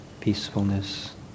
peacefulness